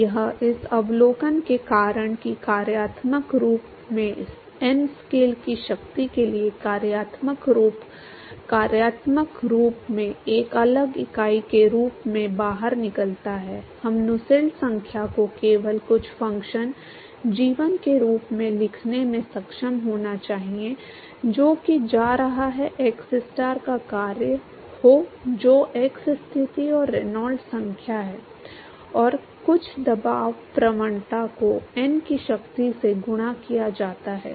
तो यह इस अवलोकन के कारण है कि कार्यात्मक रूप में n स्केल की शक्ति के लिए कार्यात्मक रूप कार्यात्मक रूप में एक अलग इकाई के रूप में बाहर निकलता है हम नुसेल्ट संख्या को केवल कुछ फ़ंक्शन g1 के रूप में लिखने में सक्षम होना चाहिए जो कि जा रहा है xstar का कार्य हो जो x स्थिति और रेनॉल्ड्स संख्या है और कुछ दबाव प्रवणता को n की शक्ति से गुणा किया जाता है